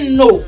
no